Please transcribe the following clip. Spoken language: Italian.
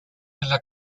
della